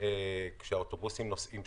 כשהאוטובוסים נוסעים,